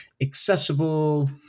accessible